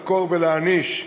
לחקור ולהעניש.